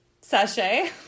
sachet